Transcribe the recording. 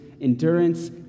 Endurance